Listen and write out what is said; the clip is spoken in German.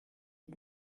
ihm